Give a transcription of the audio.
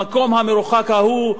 במקום המרוחק ההוא?